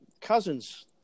Cousins